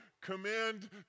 command